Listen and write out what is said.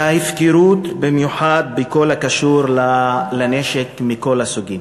וההפקרות, במיוחד בכל הקשור לנשק מכל הסוגים.